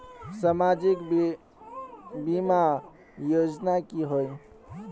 सामाजिक बीमा योजना की होय?